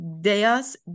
deus